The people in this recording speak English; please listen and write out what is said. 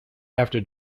after